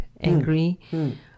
angry